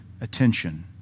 attention